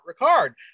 ricard